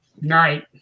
Night